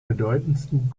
bedeutendsten